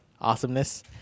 Awesomeness